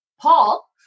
Paul